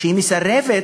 שלא מסכימה